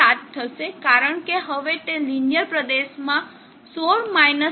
7 થશે કારણ કે હવે તે લિનીઅર પ્રદેશમાં 16 0